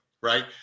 right